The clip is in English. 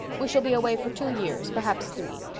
we shall be away for two years, perhaps three.